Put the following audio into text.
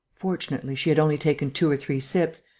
fortunately, she had only taken two or three sips.